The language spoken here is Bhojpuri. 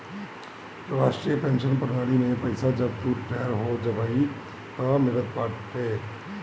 राष्ट्रीय पेंशन प्रणाली में पईसा जब तू रिटायर हो जइबअ तअ मिलत बाटे